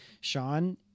sean